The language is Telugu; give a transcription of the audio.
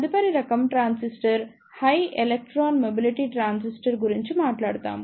తదుపరి రకం transistor high electron mobility transistor గురించి మాట్లాడుతాము